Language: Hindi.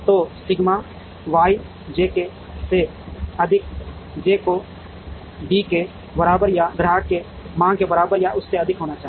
तो सिग्मा Y jk से अधिक जे को डी के बराबर या ग्राहक के मांग के बराबर या उससे अधिक होना चाहिए